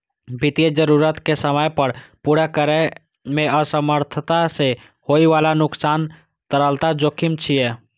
वित्तीय जरूरत कें समय पर पूरा करै मे असमर्थता सं होइ बला नुकसान तरलता जोखिम छियै